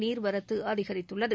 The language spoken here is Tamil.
நீர்வரத்து அதிகரித்துள்ளது